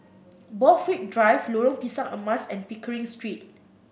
Borthwick Drive Lorong Pisang Emas and Pickering Street